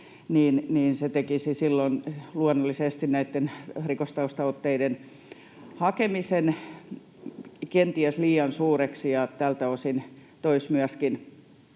niin se tekisi silloin luonnollisesti näitten rikostaustaotteiden hakemisen kenties liian suureksi ja tältä osin toisi myöskin